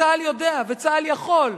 צה"ל יודע וצה"ל יכול.